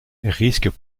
risques